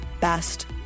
best